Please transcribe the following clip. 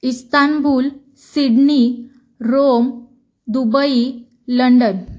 Istanbul Sydney Rome Dubai London